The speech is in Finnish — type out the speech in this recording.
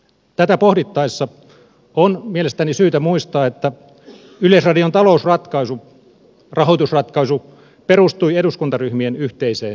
tätä pohdittaessa on mielestäni syytä muistaa että yleisradion talousratkaisu rahoitusratkaisu perustui eduskuntaryhmien yhteiseen näkemykseen